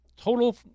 total